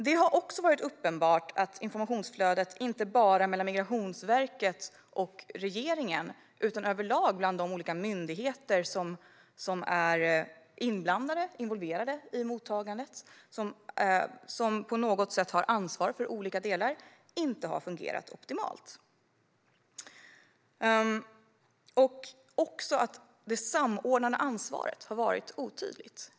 Det har också varit uppenbart att informationsflödet inte bara mellan Migrationsverket och regeringen utan överlag bland de olika myndigheter som är involverade i mottagandet och som på något sätt har ansvar för olika delar inte har fungerat optimalt. Det samordnande ansvaret har också varit otydligt.